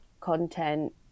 content